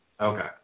Okay